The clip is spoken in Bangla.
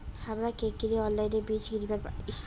হামরা কেঙকরি অনলাইনে বীজ কিনিবার পারি?